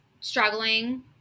struggling